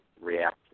react